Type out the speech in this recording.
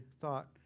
thought